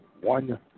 one